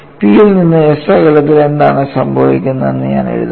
P യിൽ നിന്ന് s അകലത്തിൽ എന്താണ് സംഭവിക്കുന്നതെന്ന് ഞാൻ എഴുതാം